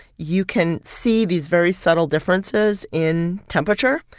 you can see these very subtle differences in temperature.